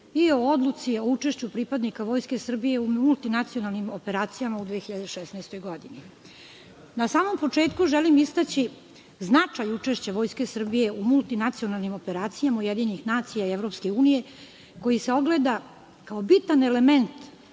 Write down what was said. i o Odluci o učešću pripadnika Vojske Srbije u multinacionalnim operacijama u 2016. godini. Na samom početku želim istaći značaj učešća Vojske Srbije u multinacionalnim operacijama UN i EU koji se ogleda kao bitan element